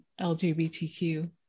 LGBTQ